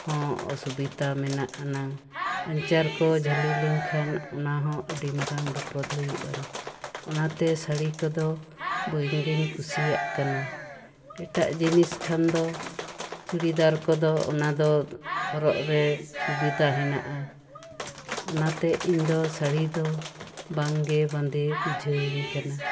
ᱦᱚᱸ ᱚᱥᱩᱵᱤᱫᱷᱟ ᱢᱮᱱᱟᱜ ᱟᱱᱟᱝ ᱟᱧᱪᱟᱨ ᱠᱚ ᱡᱷᱟᱹᱞᱤ ᱞᱮᱱ ᱠᱷᱟᱱ ᱚᱱᱟ ᱦᱚᱸ ᱟᱹᱰᱤ ᱢᱟᱨᱟᱝ ᱵᱤᱯᱚᱫ ᱦᱩᱭᱩᱜᱼᱟ ᱚᱱᱟᱛᱮ ᱥᱟᱹᱲᱤ ᱠᱚᱫᱚ ᱵᱟᱝᱜᱤᱧ ᱠᱩᱥᱤᱭᱟᱜ ᱠᱟᱱᱟ ᱮᱴᱟᱜ ᱡᱤᱱᱤᱥ ᱠᱷᱟᱱ ᱫᱚ ᱪᱩᱲᱤᱫᱟᱨ ᱠᱚᱫᱚ ᱚᱱᱟᱫᱚ ᱦᱚᱨᱚᱜ ᱨᱮ ᱥᱩᱵᱤᱫᱷᱟ ᱦᱮᱱᱟᱼᱟ ᱚᱱᱟᱛᱮ ᱤᱧᱫᱚ ᱥᱟᱹᱲᱤ ᱫᱚ ᱵᱟᱝᱜᱮ ᱵᱟᱸᱫᱮ ᱵᱩᱡᱦᱟᱹᱣᱤᱧ ᱠᱟᱱᱟ